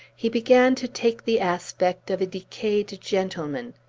he began to take the aspect of a decayed gentleman.